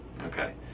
Okay